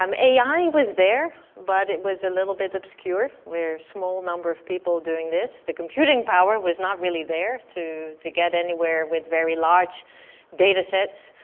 um ai was there, but it was a little bit obscure. we were small number of people doing this. the computing power was not really there to to get anywhere with very large data sets.